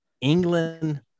England